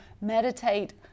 meditate